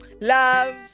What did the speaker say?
love